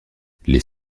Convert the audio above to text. les